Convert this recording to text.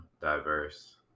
diverse